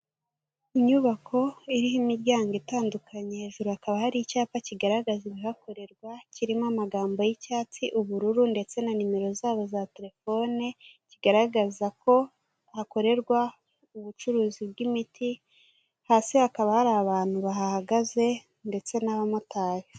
Inyubako iriho imiryango itandukanye, hejuru hakaba hari icyapa kigaragaza ibihakorerw, kirimo amagambo y'icyatsi, ubururu, ndetse na nimero zabo za telefone, kigaragaza ko hakorerwa ubucuruzi bw'imiti, hasi hakaba hari abantu bahahagaze, ndetse n'abamotari.